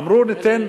אמרו: ניתן,